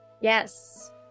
Yes